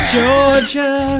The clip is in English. Georgia